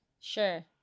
Sure